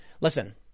Listen